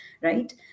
right